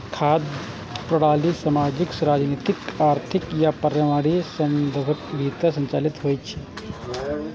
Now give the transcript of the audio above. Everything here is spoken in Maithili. खाद्य प्रणाली सामाजिक, राजनीतिक, आर्थिक आ पर्यावरणीय संदर्भक भीतर संचालित होइ छै